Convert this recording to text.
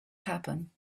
happen